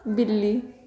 ਬਿੱਲੀ